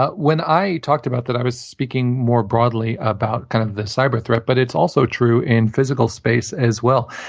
ah when i talked about that, i was speaking more broadly about kind of the cyber threat, but it's also true in physical space as well.